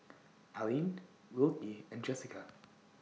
Alline Wilkie and Jessica